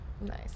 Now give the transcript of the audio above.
Nice